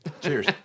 cheers